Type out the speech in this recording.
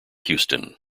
houston